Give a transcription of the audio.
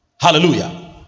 hallelujah